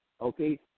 okay